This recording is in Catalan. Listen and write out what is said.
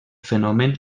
fenomen